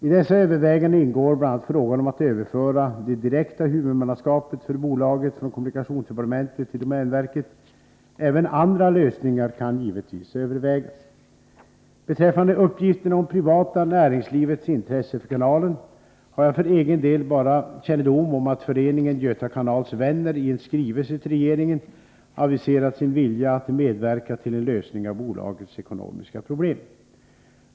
I dessa överväganden ingår bl.a. frågan om att överföra det direkta huvudmannaskapet för bolaget från kommunikationsdepartementet till domänverket. Även andra lösningar kan givetvis övervägas. Beträffande uppgifterna om det privata näringslivets intresse för kanalen har jag för egen del bara kännedom om att föreningen Göta kanals vänner i en skrivelse till regeringen aviserat sin vilja att medverka till en lösning av bolagets ekonomiska problem.